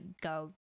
go